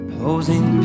posing